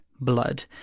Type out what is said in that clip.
blood